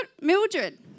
Mildred